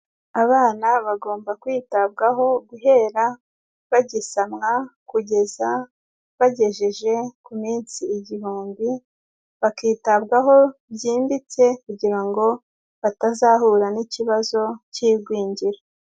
Abana bagomba kwitabwaho guhera bagisamwa kugeza bagejeje ku minsi igihumbi bakitabwaho byimbitse kugira ngo batazahura n'ikibazo cy'igwingira.